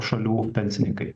šalių pensininkai